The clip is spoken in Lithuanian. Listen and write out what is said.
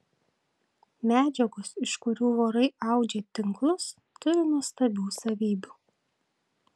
medžiagos iš kurių vorai audžia tinklus turi nuostabių savybių